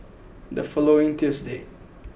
the following Tuesday